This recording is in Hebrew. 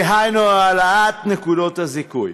דהיינו העלאת נקודות הזיכוי.